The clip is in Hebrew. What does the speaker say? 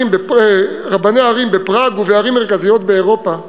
רבני ערים, בפראג ובערים מרכזיות באירופה,